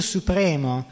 Supremo